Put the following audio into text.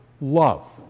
love